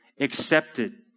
accepted